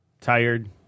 Tired